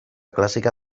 clàssica